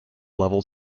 level